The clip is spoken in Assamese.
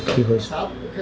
সুখী হৈছোঁ